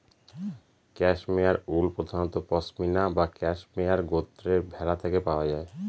cashmere wool প্রধানত পসমিনা বা cashmere গোত্রের ভেড়া থেকে পাওয়া যায়